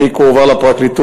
התיק הועבר לפרקליטות,